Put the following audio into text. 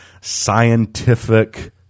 scientific